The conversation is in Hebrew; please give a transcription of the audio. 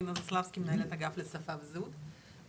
רינה זסלבסקי מנהלת אגף לשפה וזהות.